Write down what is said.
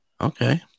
Okay